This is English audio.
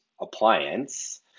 appliance